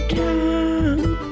time